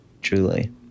truly